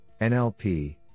NLP